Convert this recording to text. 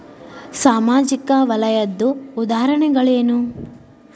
ಸಾಮಾಜಿಕ ವಲಯದ್ದು ಉದಾಹರಣೆಗಳೇನು?